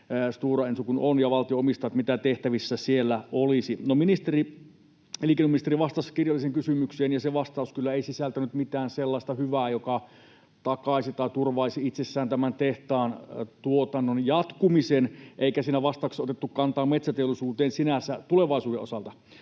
ja valtio omistaa — että mitä siellä olisi tehtävissä. No, elinkeinoministeri vastasi kirjalliseen kysymykseeni, ja se vastaus ei kyllä sisältänyt mitään sellaista hyvää, joka takaisi tai turvaisi itsessään tämän tehtaan tuotannon jatkumisen, eikä siinä vastauksessa otettu kantaa metsäteollisuuteen sinänsä tulevaisuuden osalta.